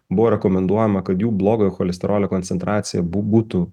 buvo rekomenduojama kad jų blogojo cholesterolio koncentracija bū būtų